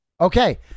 Okay